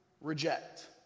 reject